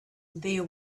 there